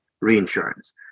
reinsurance